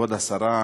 כבוד השרה,